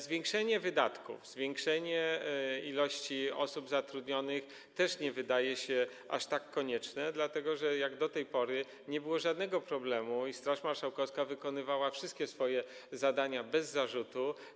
Zwiększenie wydatków, zwiększenie ilości osób zatrudnionych też nie wydaje się aż tak konieczne, dlatego że do tej pory nie było żadnego problemu i Straż Marszałkowska wykonywała wszystkie swoje zadania bez zarzutu.